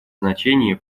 значение